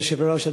כבוד היושב-ראש,